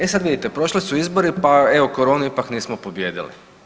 E sad vidite, prošli su izbori, pa evo koronu ipak nismo pobijedili.